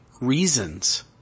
reasons